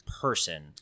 person